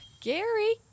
Gary